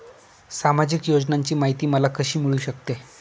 सामाजिक योजनांची माहिती मला कशी मिळू शकते?